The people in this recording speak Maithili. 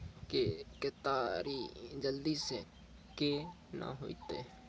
के केताड़ी जल्दी से के ना होते?